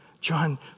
John